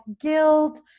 guilt